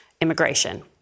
Immigration